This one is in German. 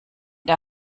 der